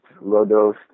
low-dose